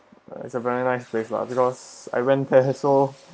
it's a very nice place lah because I went there so